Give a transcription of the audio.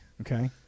Okay